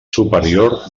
superior